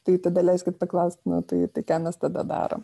tai tada leiskit paklaust na tai tai tai ką mes tada darom